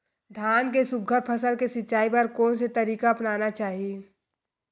धान के सुघ्घर फसल के सिचाई बर कोन से तरीका अपनाना चाहि?